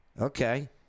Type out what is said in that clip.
Okay